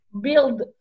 Build